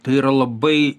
tai yra labai